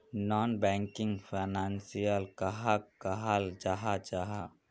Non banking financial कहाक कहाल जाहा जाहा?